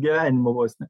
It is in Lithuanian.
gyvenimo vos ne